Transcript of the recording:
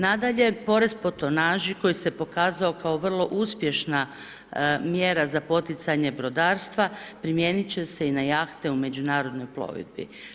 Nadalje, porez po tonaži koji se pokazao kao vrlo uspješna mjera za poticanje brodarstva primijenit će se i na jahte u međunarodnoj plovidbi.